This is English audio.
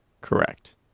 Correct